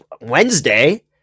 Wednesday